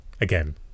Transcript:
again